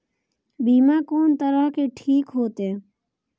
बीमा कोन तरह के ठीक होते?